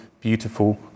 beautiful